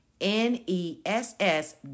N-E-S-S